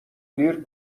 دیر